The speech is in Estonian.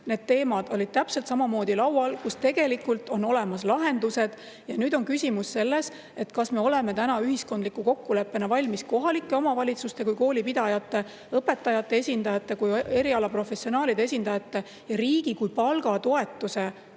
need teemad olid täpselt samamoodi laual. Tegelikult on olemas lahendused ja nüüd on küsimus selles, kas me oleme täna ühiskondlikult valmis kohalike omavalitsuste kui koolipidajate, õpetajate esindajate kui eriala professionaalide esindajate ja riigi kui palgatoetuse maksja